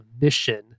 mission